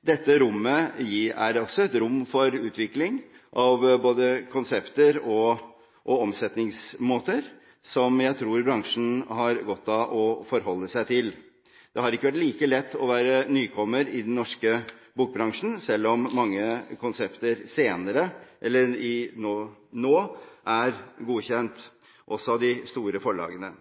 Dette rommet er også et rom for utvikling av både konsepter og omsetningsmåter, som jeg tror bransjen har godt av å forholde seg til. Det har ikke vært like lett å være nykommer i den norske bokbransjen, selv om mange konsepter nå er